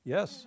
Yes